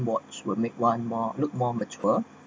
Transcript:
watch will make one more look more mature